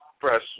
Press